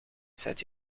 zet